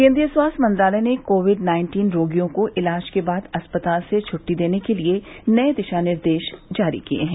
केन्द्रीय स्वास्थ्य मंत्रालय ने कोविड नाइन्टीन रोगियों को इलाज के बाद अस्पताल से छुट्टी देने के नए दिशा निर्देश जारी किए हैं